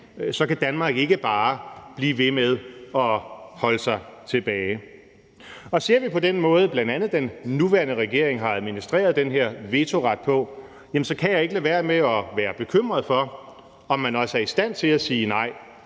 Så kan Danmark ikke bare blive ved med at holde sig tilbage. Og ser vi på den måde, bl.a. den nuværende regering har administreret den her vetoret på, jamen så kan jeg ikke lade være med at være bekymret for, om man også er i stand til at sige nej,